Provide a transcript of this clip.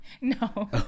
no